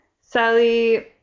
Sally